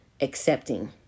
accepting